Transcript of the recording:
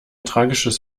tragisches